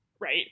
right